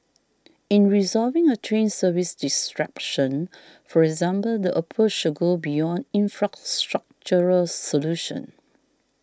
in resolving a train service disruption for example the approach should go beyond infrastructural solutions